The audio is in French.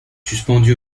suspendu